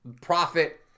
profit